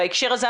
בהקשר הזה,